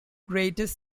greatest